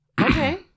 Okay